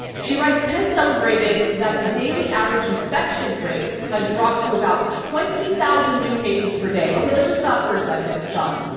she writes, penn celebrated that the daily average infection rate has dropped to about twenty thousand new cases per day. okay, let's just stop for a second, john.